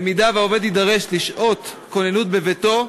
במידה שהעובד יידרש לשעות כוננות בביתו,